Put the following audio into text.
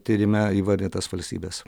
tyrime įvardytas valstybes